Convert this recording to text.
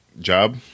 job